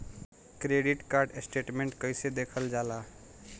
Credit card statement कइसे देखल जाला?